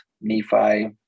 nephi